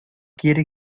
quiere